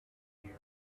year